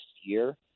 year